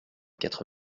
quatre